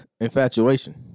infatuation